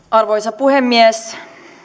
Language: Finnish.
arvoisa puhemies